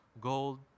gold